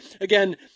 Again